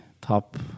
top